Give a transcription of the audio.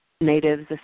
natives